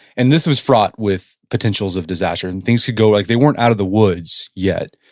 and this was fraught with potentials of disaster and things could go, like they weren't out of the woods yet,